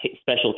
special